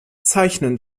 zeichnen